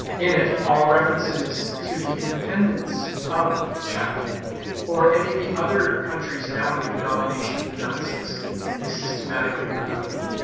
in it all references to the independence of czech or any of the other countries now under the domination of the nazis is systematically removed.